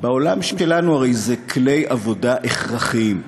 בעולם שלנו הרי אלה כלי עבודה הכרחיים.